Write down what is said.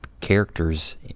characters